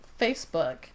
Facebook